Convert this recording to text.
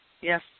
Yes